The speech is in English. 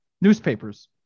newspapers